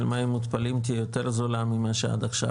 מים מותפלים תהיה יותר זולה ממה שעד עכשיו,